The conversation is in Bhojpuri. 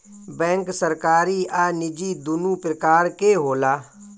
बेंक सरकारी आ निजी दुनु प्रकार के होला